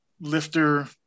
lifter